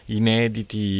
inediti